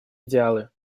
идеалы